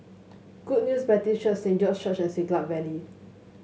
Good News Baptist Church Saint George of Church and Siglap Valley